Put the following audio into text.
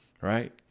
Right